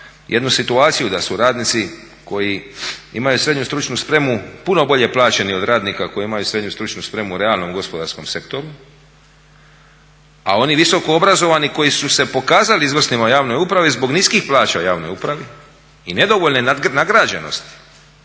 jednu situaciju da su radnici koji imaju srednju stručnu spremu puno bolje plaćeni od radnika koji imaju srednju stručnu spremu u realnom gospodarskom sektoru. A oni visoko obrazovani koji su se pokazali izvrsnima u javnoj upravi zbog niskih plaća u javnoj upravi i nedovoljne nagrađenosti